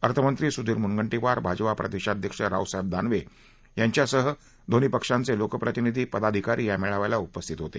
अर्थमंत्री स्धीर मून टीवार भाजपा प्रदेशाध्यक्ष रावसाहेब दानवे यांच्यासह उभय पक्षांचे लोकप्रतिनिधी पदाधिकारी या मेळाव्याला उपस्थित होते